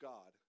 God